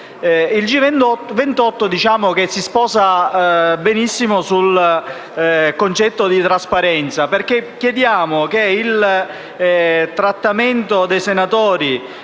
G28 si sposa benissimo con il concetto di trasparenza, perché con esso chiediamo che il trattamento dei senatori